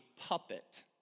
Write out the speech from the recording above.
puppet